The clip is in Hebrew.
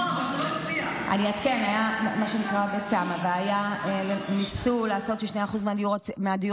אני יודעת, אבל היה מאוד קשה לתת להם הטבות.